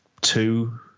two